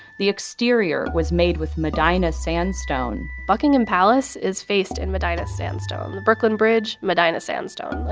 the exterior was made with medina sandstone buckingham palace is faced in medina sandstone. the brooklyn bridge, medina sandstone.